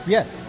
Yes